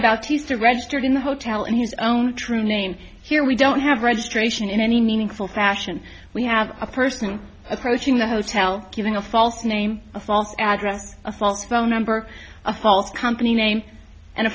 about to use to registered in the hotel in his own true name here we don't have registration in any meaningful fashion we have a person approaching the hotel giving a false name a false address a false phone number a false company name and